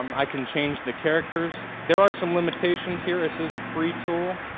um i can change the characters. there are some limitations here. this is a free tool